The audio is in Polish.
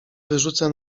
wyrzucę